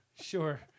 Sure